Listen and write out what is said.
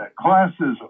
classism